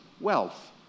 wealth